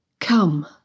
Come